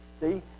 See